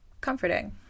comforting